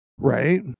right